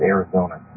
Arizona